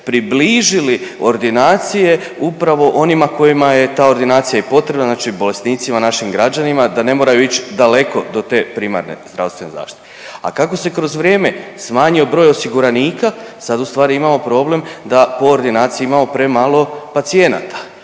približili ordinacije upravo onima kojima je ta ordinacija i potrebna, znači bolesnicima našim građanima da ne moraju ići daleko do te primarne zdravstvene zaštite. A kako se kroz vrijeme smanjio broj osiguranika sad ustvari imamo problem da u ordinaciji imamo premalo pacijenata